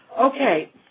Okay